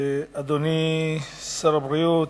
אדוני שר הבריאות,